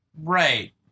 Right